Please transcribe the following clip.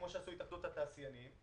כמו שעשו התאחדות התעשיינים.